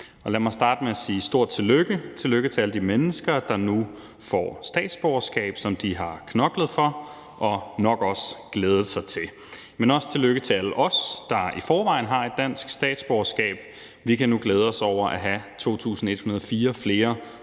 Lad mig starte med at sige stort tillykke til alle de mennesker, der nu får statsborgerskab, som de har knoklet for og nok også glædet sig til, men også tillykke til alle os, der i forvejen har et dansk statsborgerskab, for vi kan nu glæde os over at have 2.104 flere